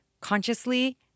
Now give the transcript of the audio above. consciously